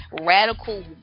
radical